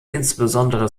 insbesondere